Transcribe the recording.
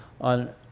on